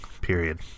Period